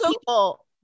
people